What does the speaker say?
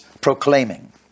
proclaiming